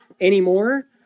anymore